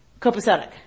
copacetic